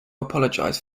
apologize